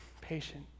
Patient